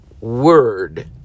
word